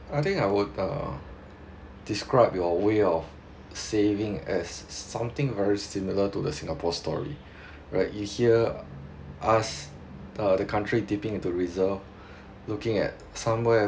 I think I would uh describe your way of saving as something very similar to the singapore story right you hear us the the country dipping into reserve looking at somewhere